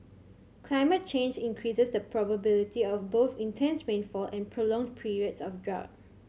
climate change increases the probability of both intense rainfall and prolonged periods of drought